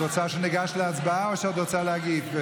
את רוצה שניגש להצבעה או שאת רוצה להגיב?